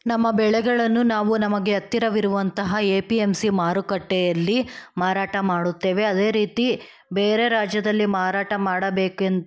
ನಮ್ಮ ಬೆಳೆಗಳನ್ನು ನಾವು ನಮಗೆ ಹತ್ತಿರವಿರುವಂತಹ ಎ ಪಿ ಎಮ್ ಸಿ ಮಾರುಕಟ್ಟೆಯಲ್ಲಿ ಮಾರಾಟ ಮಾಡುತ್ತೇವೆ ಅದೇ ರೀತಿ ಬೇರೆ ರಾಜ್ಯದಲ್ಲಿ ಮಾರಾಟ ಮಾಡಬೇಕೆಂತ